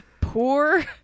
poor